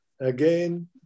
again